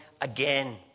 again